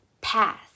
Path